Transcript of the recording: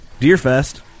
Deerfest